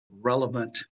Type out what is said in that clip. relevant